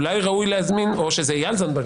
או שזה איל זנדברג,